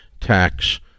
tax